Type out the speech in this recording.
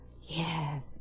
Yes